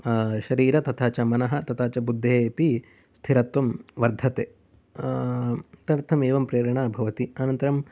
शरीरं तथा च मनः तथा च बुद्धेः अपि स्थिरत्वं वर्धते तदर्थमेव प्रेरणा भवति अनन्तरम् अहम्